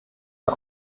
der